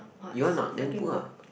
you want or not then book ah